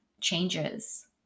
changes